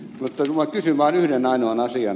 mutta kysyn vaan yhden ainoan asian